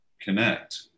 connect